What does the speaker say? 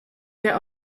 der